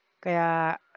kaya